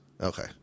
Okay